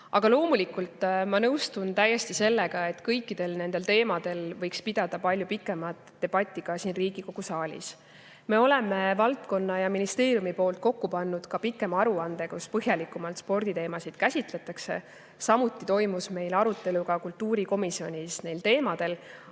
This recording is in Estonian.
Aga loomulikult, ma nõustun täiesti sellega, et kõikidel nendel teemadel võiks pidada palju pikemat debatti ka siin Riigikogu saalis. Me oleme valdkonna ja ministeeriumi poolt kokku pannud ka pikema aruande, kus põhjalikumalt sporditeemasid käsitletakse. Samuti toimus meil arutelu ka kultuurikomisjonis neil teemadel.